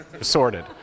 sorted